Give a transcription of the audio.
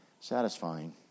satisfying